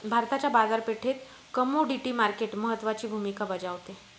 भारताच्या बाजारपेठेत commodity market महत्त्वाची भूमिका बजावते